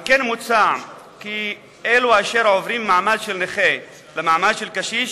על כן מוצע כי אלה שעוברים ממעמד של נכה למעמד של קשיש